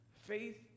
faith